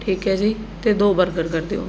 ਠੀਕ ਹੈ ਜੀ ਅਤੇ ਦੋ ਬਰਗਰ ਕਰ ਦਿਉ